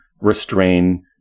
restrain